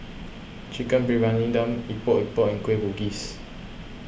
Chicken Briyani Dum Epok Epok and Kueh Bugis